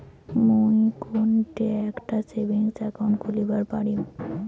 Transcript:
মুই কোনঠে একটা সেভিংস অ্যাকাউন্ট খুলিবার পারিম?